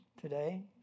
today